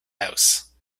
house